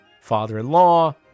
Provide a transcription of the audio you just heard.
father-in-law